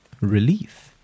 relief